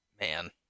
Man